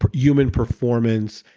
but human performance,